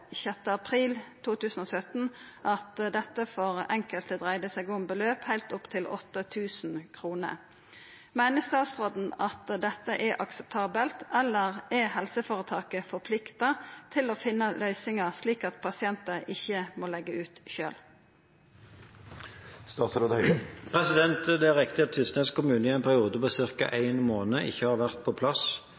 april 2017 at dette for enkelte dreide seg om beløp helt opp til 8 000 kroner. Mener statsråden at dette er akseptabelt, eller er helseforetaket forpliktet til å finne løsninger slik at pasienter ikke må legge ut selv?» Det er riktig at det i Tysnes kommune i en periode på ca. en måned ikke har vært på plass